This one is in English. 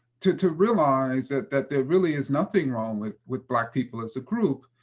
to to realize that that there really is nothing wrong with with black people as a group,